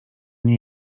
nie